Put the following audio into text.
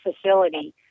facility